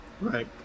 Right